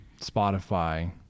spotify